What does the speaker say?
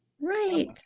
right